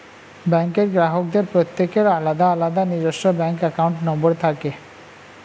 ব্যাঙ্কের গ্রাহকদের প্রত্যেকের আলাদা আলাদা নিজস্ব ব্যাঙ্ক অ্যাকাউন্ট নম্বর থাকে